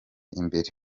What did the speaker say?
imbere